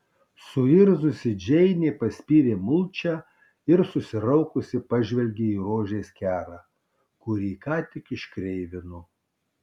suirzusi džeinė paspyrė mulčią ir susiraukusi pažvelgė į rožės kerą kurį ką tik iškreivino